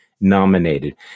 nominated